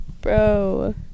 Bro